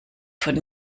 von